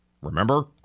Remember